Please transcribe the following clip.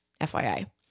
FYI